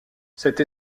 cette